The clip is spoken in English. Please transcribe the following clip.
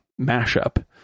mashup